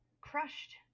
crushed